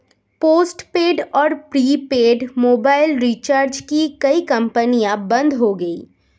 postpaid और prepaid mobile recharge की कई कंपनियां बंद हो गई